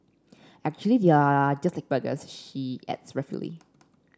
actually they are just like burgers she adds ruefully